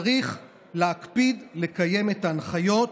צריך להקפיד לקיים את ההנחיות.